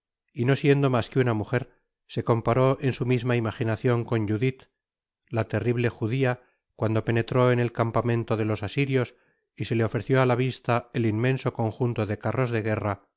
y no siendo mas que nna mujer se comparó en su misma imaginacion con judith la terrible jodia cuando penetró en el campamento de los asirios y se le ofreció á la vista el inmenso conjunto de carros de guerra